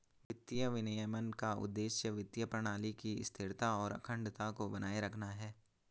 वित्तीय विनियमन का उद्देश्य वित्तीय प्रणाली की स्थिरता और अखंडता को बनाए रखना है